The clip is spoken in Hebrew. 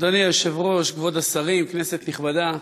אדוני היושב-ראש, כבוד השרים, כנסת נכבדה,